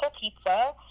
pizza